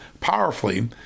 powerfully